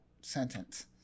sentence